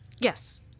Yes